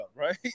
right